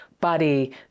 body